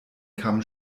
kamm